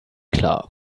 klar